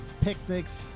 picnics